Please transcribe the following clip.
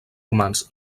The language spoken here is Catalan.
romans